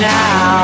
now